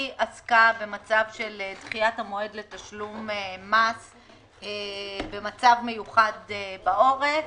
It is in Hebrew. עסקה במצב של דחיית המועד לתשלום מס במצב מיוחד בעורף.